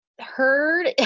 heard